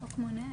החוק מונע.